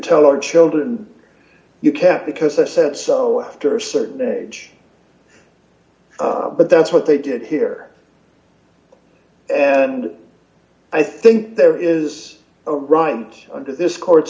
tell our children you can't because i said so after a certain age but that's what they did here and i think there is a right and under this court